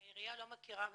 כי העיריה לא מכירה בזה.